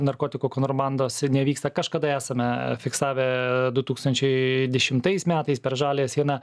narkotikų kontrabandos nevyksta kažkada esame fiksavę du tūkstančiai dešimtais metais per žaliąją sieną